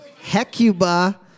Hecuba